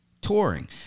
touring